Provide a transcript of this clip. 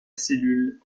cellule